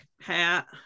hat